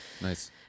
Nice